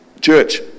church